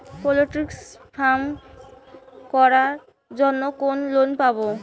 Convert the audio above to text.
Poultry farm করার জন্য কোন লোন পাব?